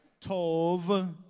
tov